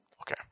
Okay